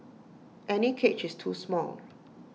any cage is too small